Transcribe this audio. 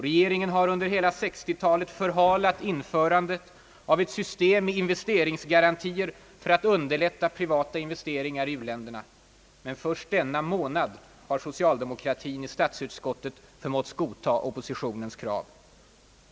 Regeringen har under hela 1960-talet förhalat införandet av ett system med investeringsgarantier för att underlätta privata investeringar i u-länderna — först denna månad har socialdemokratin i statsutskottet förmått godta oppositionens krav.